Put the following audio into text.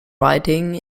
writing